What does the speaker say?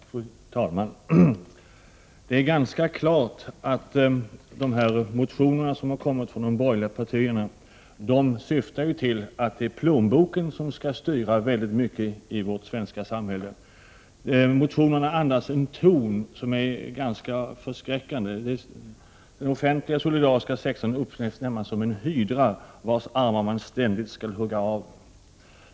Fru talman! Det är ganska klart att de motioner som kommit från de borgerliga partierna syftar till att plånboken i stor utsträckning skall styra i vårt svenska samhälle. Det finns i motionerna en ton som är ganska förskräckande. Den offentliga solidariska sektorn liknas närmast vid en hydra vars armar man ständigt skall hugga av.